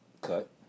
cut